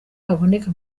haboneka